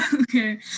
Okay